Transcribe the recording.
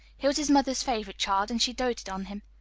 he was his mother's favorite child, and she doted on him.